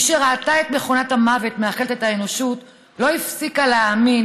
מי שראתה את מכונות המוות מאכלת את האנושות לא הפסיקה להאמין